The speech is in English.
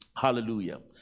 hallelujah